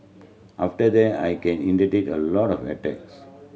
after that I can a lot of attacks